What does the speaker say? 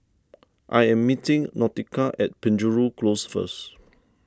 I am meeting Nautica at Penjuru Close first